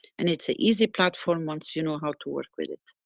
and it's a easy platform once you know how to work with it.